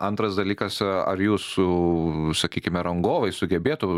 antras dalykas ar jūsų sakykime rangovai sugebėtų